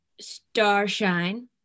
Starshine